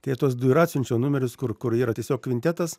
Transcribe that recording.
tai tuos du ir atsiunčiau numerius kur kur yra tiesiog kvintetas